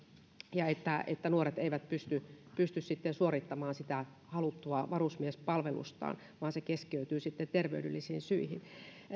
ja että että nuoret eivät pysty pysty sitten suorittamaan sitä haluttua varusmiespalvelustaan vaan se keskeytyy terveydellisiin syihin